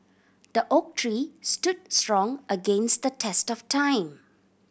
the oak tree stood strong against the test of time